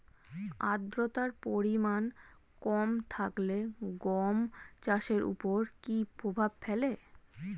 আদ্রতার পরিমাণ কম থাকলে গম চাষের ওপর কী প্রভাব ফেলে?